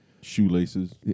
Shoelaces